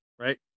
right